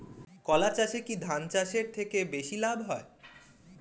কলা চাষে কী ধান চাষের থেকে বেশী লাভ হয়?